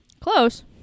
Close